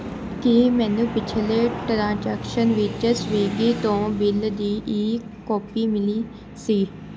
ਕੀ ਮੈਨੂੰ ਪਿਛਲੇ ਟ੍ਰਾਂਜੈਕਸ਼ਨ ਵਿੱਚ ਸਵਿਗੀ ਤੋਂ ਬਿੱਲ ਦੀ ਈ ਕੋਪੀ ਮਿਲੀ ਸੀ